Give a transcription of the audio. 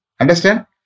understand